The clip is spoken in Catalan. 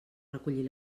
recollir